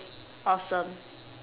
awesome